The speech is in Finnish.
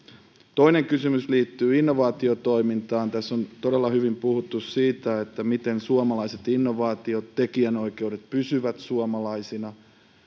toinen kysymys liittyy innovaatiotoimintaan tässä on todella hyvin puhuttu siitä miten suomalaiset innovaatiot tekijänoikeudet pysyvät suomalaisina